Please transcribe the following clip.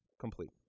complete